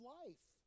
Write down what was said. life